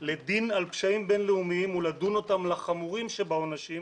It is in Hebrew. לדין על פשעים בינלאומיים ולדון אותם לחמורים שבעונשים,